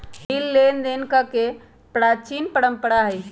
bill लेनदेन कके प्राचीन परंपरा हइ